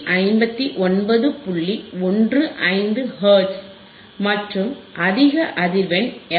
15 hertz மற்றும் அதிக அதிர்வெண் எஃப்